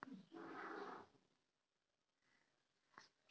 हमरा बहिन के पैसा भेजेलियै है कहिया तक पहुँच जैतै?